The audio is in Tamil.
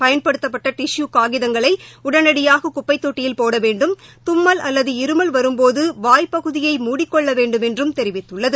பயன்படுத்தப்பட்ட டிசியூவ் காகிதங்களை உடனடியாக குப்பைத் தொண்டியில் போட வேண்டும் தும்மல் அல்லது இருமல் வரும்போது வாய்ப்பகுதியை மூடிக்கொள்ள வேண்டும் என்றும் தெரிவித்துள்ளது